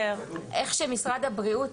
אבל ההיתר --- איך שמשרד הבריאות